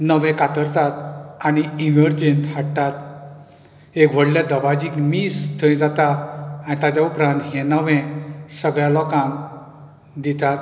नवें कातरतात आनी इगर्जेंत हाडटात एक व्हडल्या दबाजीक मीस थंय जाता आनी ताच्या उपरांत हें नवें सगळ्या लोकांक दितात